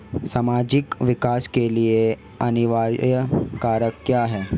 सामाजिक विकास के लिए अनिवार्य कारक क्या है?